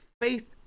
Faith